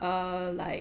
err like